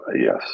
yes